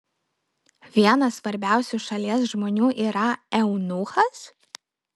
vienas svarbiausių šalies žmonių yra eunuchas